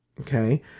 Okay